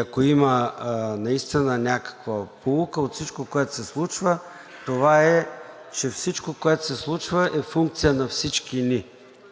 Ако има наистина някаква поука от всичко това, което се случва, е, че всичко, което се случва, е функция на всички ни